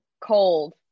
cold